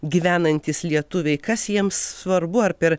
gyvenantys lietuviai kas jiems svarbu ar per